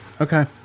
Okay